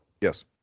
Yes